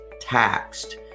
taxed